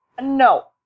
No